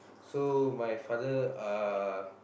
so my father uh